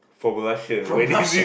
from Russia where